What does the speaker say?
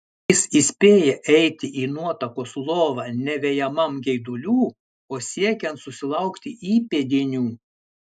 jis įspėja eiti į nuotakos lovą ne vejamam geidulių o siekiant susilaukti įpėdinių